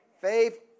Faith